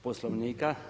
Poslovnika.